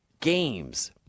games